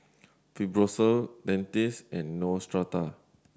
Fibrosol Dentiste and Neostrata